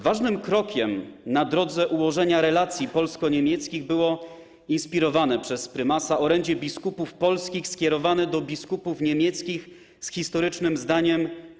Ważnym krokiem na drodze ułożenia relacji polsko-niemieckich było inspirowane przez prymasa orędzie biskupów polskich skierowane do biskupów niemieckich z historycznym zdaniem: